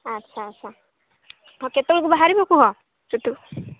ଆଚ୍ଛା ଆଚ୍ଛା ହଁ କେତେବେଳକୁ ବାହାରିବୁ କୁହ ସେଠୁ